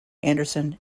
anderson